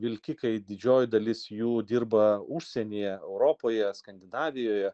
vilkikai didžioji dalis jų dirba užsienyje europoje skandinavijoje